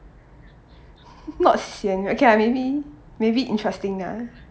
not sian okay ah maybe maybe interesting ah